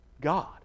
God